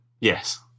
Yes